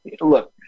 look